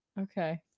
Okay